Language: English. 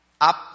up